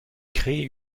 créer